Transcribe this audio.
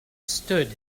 stood